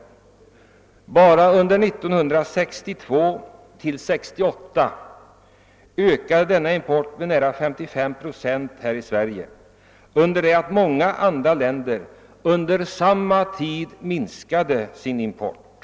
Enbart under åren 1962—1968 ökade denna import till Sverige med nära 55 procent, under det att många andra länder under samma tid minskade sin import.